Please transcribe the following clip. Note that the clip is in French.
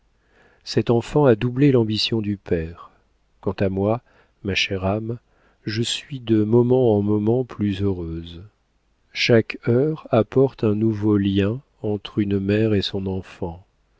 cet enfant a doublé l'ambition du père quant à moi ma chère âme je suis de moment en moment plus heureuse chaque heure apporte un nouveau lien entre une mère et son enfant